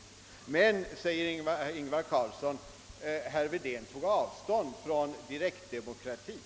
Men, säger Ingvar Carlsson, herr Wedén tog avstånd från direktdemokratin.